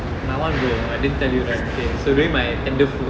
my one bro I didn't tell you right okay so during my tenderfoot